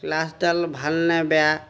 ক্লাছডাল ভালনে বেয়া